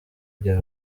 bya